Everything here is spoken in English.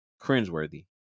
cringeworthy